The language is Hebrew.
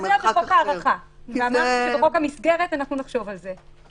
אבל זה היה בחוק הארכה ואמרנו שבחוק המסגרת אנחנו נחשוב על זה,